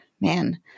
man